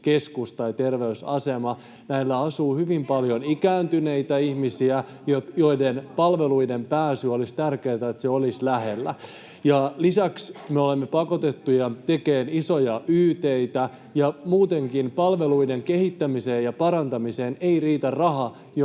kokoomukselle sopii!] Näissä asuu hyvin paljon ikääntyneitä ihmisiä, joille palveluihin pääsy olisi tärkeää, se, että ne olisivat lähellä. Lisäksi me olemme pakotettuja tekemään isoja yt:itä, ja muutenkaan palveluiden kehittämiseen ja parantamiseen ei riitä rahaa.